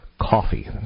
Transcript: coffee